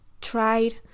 tried